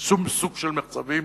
שום סוג של מחצבים,